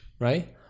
right